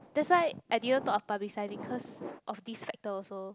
that's why I didn't thought of publicizing cause of this factor also